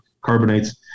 carbonates